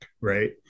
Right